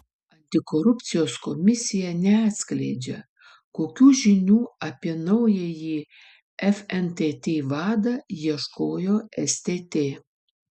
antikorupcijos komisija neatskleidžia kokių žinių apie naująjį fntt vadą ieškojo stt